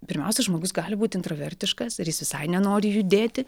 pirmiausia žmogus gali būt intravertiškas ir jis visai nenori judėti